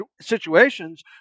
situations